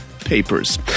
Papers